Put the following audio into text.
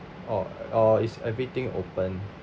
or or is everything open